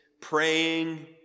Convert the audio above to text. Praying